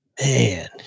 man